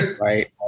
right